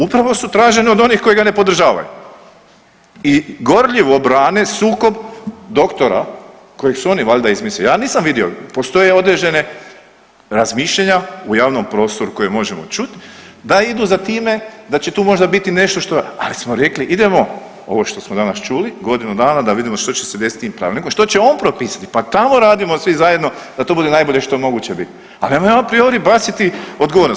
Upravo su tražene od onih koji ga ne podržavaju i gorljivo brane sukob doktora kojeg su oni valjda izmislili, ja nisam vidio, postoje određene razmišljanja u javnom prostoru koje možemo čuti da idu za time da će tu možda biti nešto što ... ali smo rekli idemo, ovo što smo danas čuli, godinu dana da vidimo što će se desiti s tim pravilnikom, što će on propisati pa tamo radimo svi zajedno da to budemo najbolje što je moguće biti, ali ne moramo apriori baciti odgovornost.